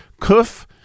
Kuf